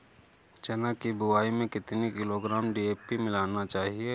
चना की बुवाई में कितनी किलोग्राम डी.ए.पी मिलाना चाहिए?